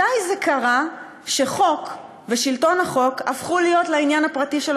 מתי זה קרה שחוק ושלטון החוק הפכו לעניין הפרטי של